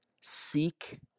seek